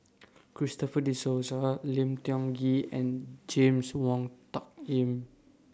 Christopher De Souza Lim Tiong Ghee and James Wong Tuck Yim